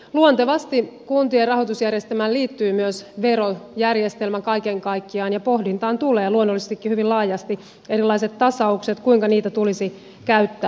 luontevasti kuntien rahoitusjärjestelmään liittyy myös verojärjestelmä kaiken kaikkiaan ja pohdintaan tulevat luonnollisestikin hyvin laajasti erilaiset tasaukset kuinka niitä tulisi käyttää